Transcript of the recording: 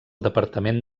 departament